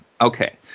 Okay